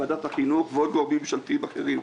ועדת החינוך ועוד גורמים ממשלתיים אחרים.